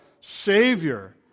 Savior